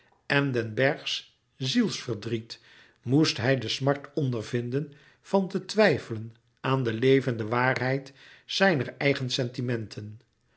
en den berghs zielsverdriet moest hij de smart ondervinden van te twijfelen aan de levende waarheid zijner eigen sentimenten